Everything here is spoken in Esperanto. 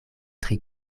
tri